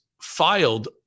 filed